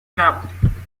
نبودیم